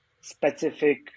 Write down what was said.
specific